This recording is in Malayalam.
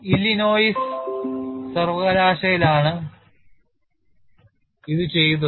ഇല്ലിനോയിസ് സർവകലാശാലയിലാണ് ഇത് ചെയ്തത്